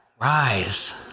rise